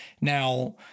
Now